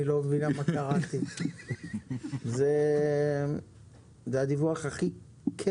אני לא מבינה מה קראתי" - זה הדיווח הכי כן